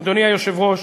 אדוני היושב-ראש,